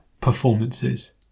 performances